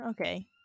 okay